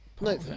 No